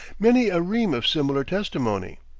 many a ream of similar testimony.